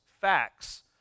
Facts